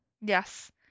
Yes